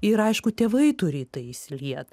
ir aišku tėvai turi į tai išsiliet